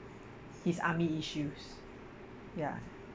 his army issues ya